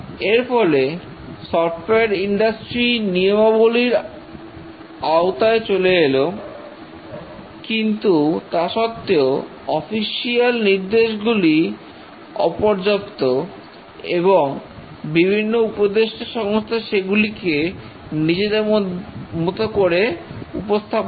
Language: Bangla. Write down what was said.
এর ফলে সফটওয়্যার ইন্ডাস্ট্রি ISO র নিয়মাবলীর আওতায় চলে এলো কিন্তু তা সত্বেও অফিশিয়াল নির্দেশগুলি অপর্যাপ্ত এবং বিভিন্ন উপদেষ্টা সংস্থা সেগুলিকে নিজেদের মধ্যে উপস্থাপনা করে